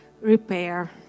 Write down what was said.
repair